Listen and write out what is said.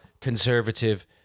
conservative